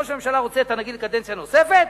ראש הממשלה רוצה את הנגיד לקדנציה נוספת,